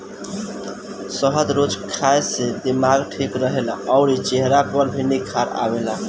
शहद रोज खाए से दिमाग ठीक रहेला अउरी चेहरा पर भी निखार आवेला